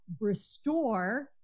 restore